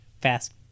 Fast